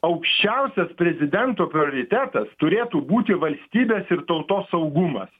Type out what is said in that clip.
aukščiausias prezidento prioritetas turėtų būti valstybės ir tautos saugumas